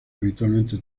habitualmente